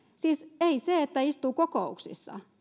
siis ei se että istuu kokouksissa